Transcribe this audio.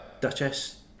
Duchess